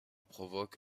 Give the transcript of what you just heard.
provoque